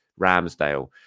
Ramsdale